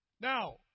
Now